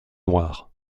noires